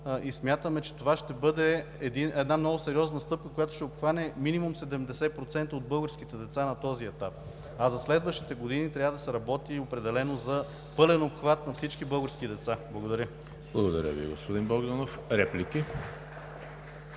и смятаме, че това ще бъде една много сериозна стъпка, която ще обхване минимум 70% от българските деца на този етап. За следващите години трябва да се работи определено за пълен обхват на всички български деца. Благодаря. (Ръкопляскания от ГЕРБ.)